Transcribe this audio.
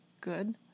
Good